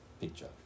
picture